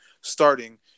starting –